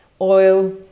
oil